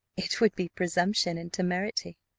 it would be presumption and temerity.